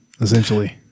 essentially